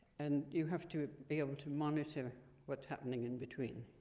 and you have to be able to monitor what's happening in between.